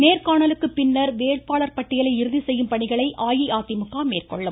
நேர்காணலுக்கு பின்னர் வேட்பாளர் பட்டியலை இறுதிசெய்யும் பணிகளை அஇஅதிமுக மேற்கொள்ளும்